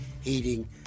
heating